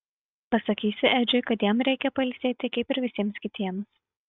pasakysiu edžiui kad jam reikia pailsėti kaip ir visiems kitiems